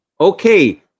Okay